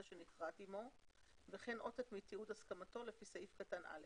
שנכרת עמו וכן עותק מתיעוד הסכמתו לפי סעיף קטן (א).